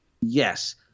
Yes